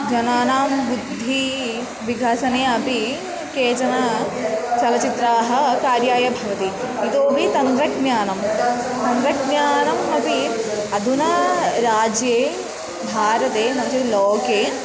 जनानां बुद्धिविकसने अपि केचन चलच्चित्राणि कार्याय भवति इतोऽपि तन्त्रज्ञानं तन्त्रज्ञानम् अपि अधुना राज्ये भारते लोके